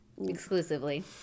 Exclusively